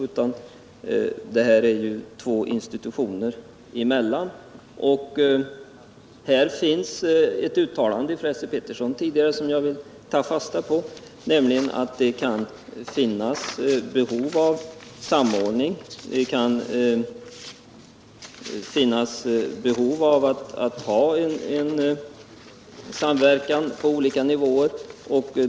Här rör det ju sig om två institutioner. Det finns ett uttalande från Esse Petersson tidigare som jag vill ta fasta på, nämligen att det kan finnas ett behov av samordning och samverkan på olika nivåer.